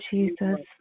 Jesus